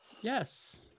Yes